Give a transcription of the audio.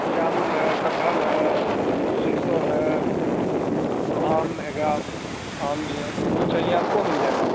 جامن ہے کٹہل ہے شیسو ہے اور آم ہے گا آم بھی ہے جو چاہیے آپ کو مل جائے گا